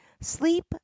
sleep